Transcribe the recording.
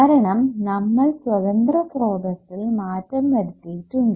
കാരണം നമ്മൾ സ്വതന്ത്ര സ്രോതസ്സിൽ മാറ്റം വരുത്തിയിട്ടുണ്ട്